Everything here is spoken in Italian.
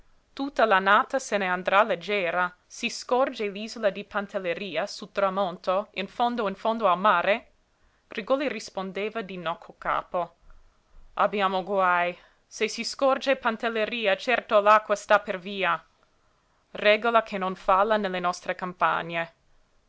grigoletto tutta l'annata se n'andrà leggera si scorge l'isola di pantelleria sul tramonto in fondo in fondo al mare grigòli rispondeva di no col capo abbiamo guaj se si scorge pantelleria certo l'acqua sta per via regola che non falla nelle nostre campagne